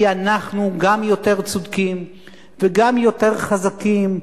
כי אנחנו גם יותר צודקים וגם יותר חזקים,